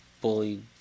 bullied